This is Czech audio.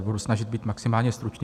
Budu se snažit být maximálně stručný.